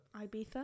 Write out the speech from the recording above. Ibiza